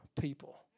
people